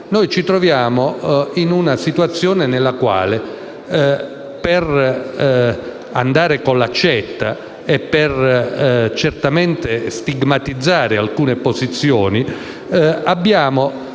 noi ci troviamo in una situazione nella quale - per procedere con l'accetta e certamente per stigmatizzare alcune posizioni - abbiamo